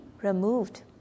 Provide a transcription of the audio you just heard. removed